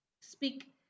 speak